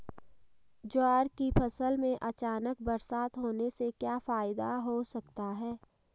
ज्वार की फसल में अचानक बरसात होने से क्या फायदा हो सकता है?